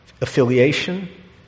affiliation